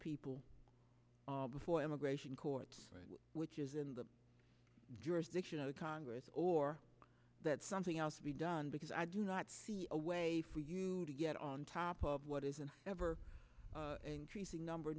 people before immigration court which is in the jurisdiction of the congress or that's something else to be done because i do not see a way for you to get on top of what is an ever increasing number